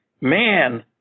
man